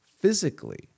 Physically